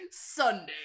Sunday